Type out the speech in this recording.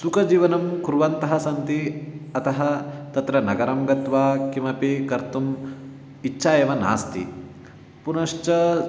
सुखजीवनं कुर्वन्तः सन्ति अतः तत्र नगरं गत्वा किमपि कर्तुम् इच्छा एव नास्ति पुनश्च